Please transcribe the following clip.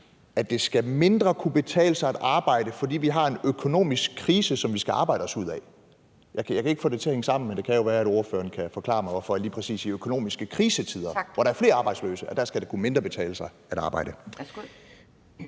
at det mindre skal kunne betale sig at arbejde, fordi vi har en økonomisk krise, som vi skal arbejde os ud af. Jeg kan ikke få det til at hænge sammen, men det kan jo være, at ordføreren kan forklare mig, hvorfor det lige præcis er i økonomiske krisetider, hvor der er flere arbejdsløse, at det mindre skal kunne betale sig at arbejde.